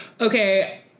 okay